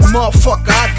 Motherfucker